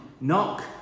knock